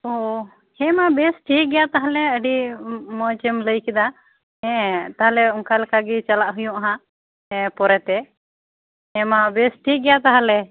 ᱳᱚ ᱦᱮᱸ ᱢᱟ ᱵᱮᱥ ᱴᱷᱤᱠ ᱜᱮᱭᱟ ᱛᱟᱦᱚᱞᱮ ᱟᱹᱰᱤ ᱢᱚᱸᱡᱽ ᱮᱢ ᱞᱟᱹᱭ ᱠᱮᱫᱟ ᱦᱮᱸ ᱛᱟᱦᱚᱞᱮ ᱚᱱᱠᱟ ᱞᱮᱠᱟᱜᱮ ᱪᱟᱞᱟᱜ ᱦᱩᱭᱩᱜ ᱟᱦᱟᱜ ᱯᱚᱨᱮ ᱛᱮ ᱦᱮᱸ ᱢᱟ ᱵᱮᱥ ᱴᱷᱤᱠ ᱜᱮᱭᱟ ᱛᱟᱦᱚᱞᱮ